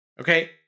Okay